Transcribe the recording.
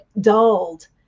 dulled